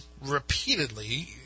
repeatedly –